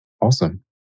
Awesome